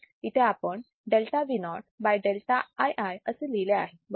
इथे आपण delta Vo by delta Ii असे लिहिले आहे बरोबर